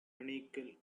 unequal